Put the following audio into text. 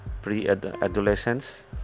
pre-adolescence